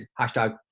hashtag